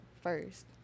first